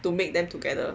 to make them together